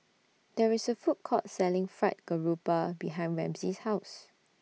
There IS A Food Court Selling Fried Garoupa behind Ramsey's House